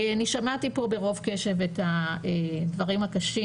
אני שמעתי פה ברוב קשב את הדברים הקשים